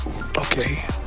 okay